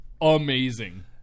amazing